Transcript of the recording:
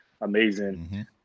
amazing